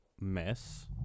mess